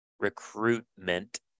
recruitment